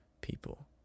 people